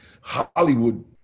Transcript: Hollywood